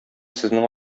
сезнең